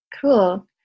Cool